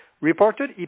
reported